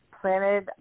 planted